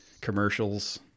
commercials